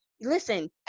listen